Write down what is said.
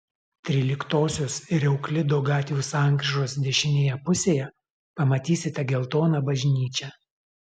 tryliktosios ir euklido gatvių sankryžos dešinėje pusėje pamatysite geltoną bažnyčią